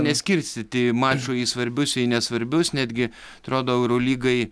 neskirstyti mačo į svarbius į nesvarbius netgi atrodo eurolygai